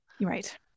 Right